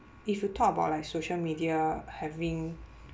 if you talk about like social media having